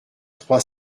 trois